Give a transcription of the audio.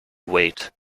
wait